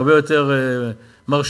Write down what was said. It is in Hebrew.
מאות מיליונים,